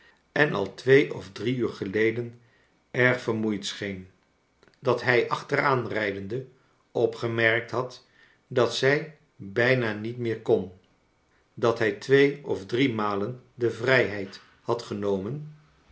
en al twee of drie uur geleden erg vermoeid scheen dat hij achteraan rijdende opgcmerkt had dat zij bijna niet rneer kon dat hij twee of drie malen de vrijheid had genomen